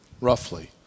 roughly